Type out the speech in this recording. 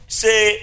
say